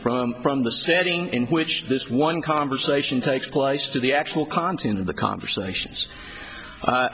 from the standing in which this one conversation takes place to the actual content of the conversations